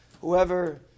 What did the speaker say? Whoever